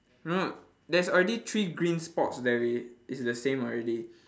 not there's already three green spots there i~ it's the same already